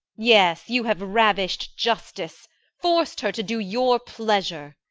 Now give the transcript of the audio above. yes, you have ravish'd justice forc'd her to do your pleasure.